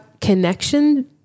connection